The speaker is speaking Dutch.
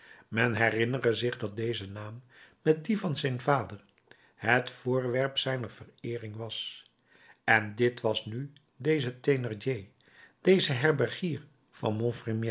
men herinnere zich dat deze naam met dien van zijn vader het voorwerp zijner vereering was en dit was nu deze thénardier deze herbergier van